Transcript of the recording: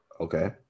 Okay